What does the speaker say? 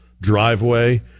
driveway